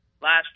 last